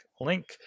link